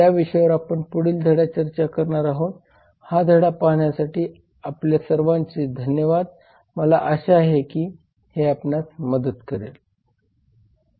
या विषयावर आपण पुढील धड्यात चर्चा करणार आहोत हा धडा पाहण्यासाठी आपल्या सर्वांचे धन्यवाद मला आशा आहे की हे आपणास मदत करेल